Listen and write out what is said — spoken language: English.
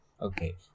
Okay